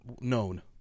known